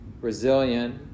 resilient